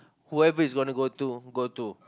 whoever it's gonna go to go to